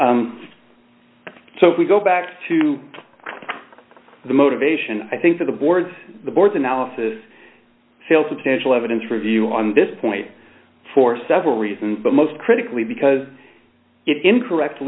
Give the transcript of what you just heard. the so if we go back to the motivation i think of the board the board analysis still substantial evidence review on this point for several reasons but most critically because it incorrect